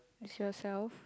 is yourself